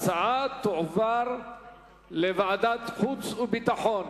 ההצעה תועבר לוועדת החוץ והביטחון.